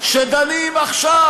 שדנים עכשיו,